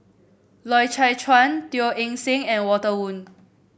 Loy Chye Chuan Teo Eng Seng and Walter Woon